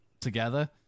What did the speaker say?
together